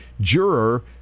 juror